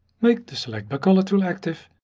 make the select by color tool active